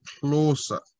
closer